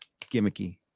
gimmicky